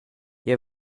jeu